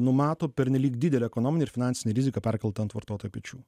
numato pernelyg didelę ekonominę ir finansinę riziką perkelti ant vartotojo pečių